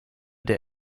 der